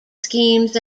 schemes